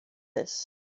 this